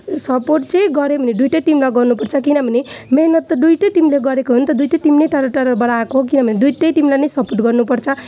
support चाहिँ गऱ्यो भने दुइवटा टिमलाई गर्नु पर्छ किनभने मेहनत त दुइवटा टिमले गरेको हो नि त दुइवटा टिम नै टाडो टाडोबाट आएको किनभने दुइवटा टिमलाई नै सपोर्ट गर्नु पर्छ